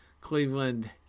Cleveland